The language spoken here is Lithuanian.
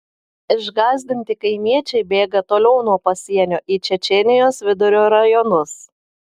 išgąsdinti kaimiečiai bėga toliau nuo pasienio į čečėnijos vidurio rajonus